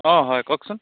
অঁ হয় কওকচোন